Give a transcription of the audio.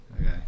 Okay